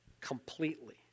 completely